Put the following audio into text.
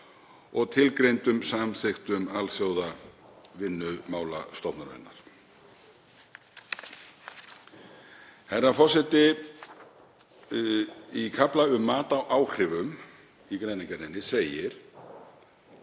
og tilgreindum samþykktum Alþjóðavinnumálastofnunarinnar. Herra forseti. Í kafla um mat á áhrifum í greinargerðinni segir,